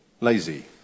lazy